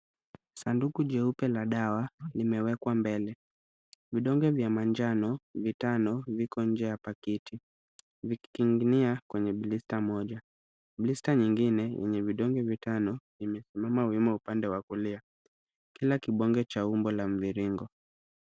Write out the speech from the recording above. Sanduku jeupe la dawa limewekwa mbele. Vidonge vya manjano vitano viko nje ya pakiti vikining'inia kwenye blister moja. Blister nyingine yenye vidonge vitano, imesimama wima upande wa kulia. Kila kibonge cha umbo wa mviringo.